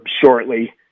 shortly